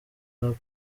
rap